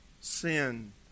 sin